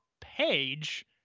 Page